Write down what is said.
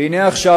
והנה עכשיו,